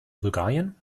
bulgarien